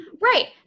right